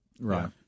Right